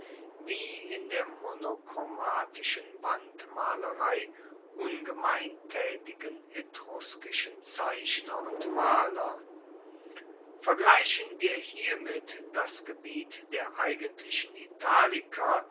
wie in der monochromatischen wandmalerei ungemein taetigen etruskischen zeichner und maler vergleichen wir hiermit das gebiet der eigentlichen italiker